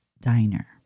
Diner